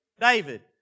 David